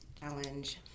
Challenge